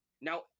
now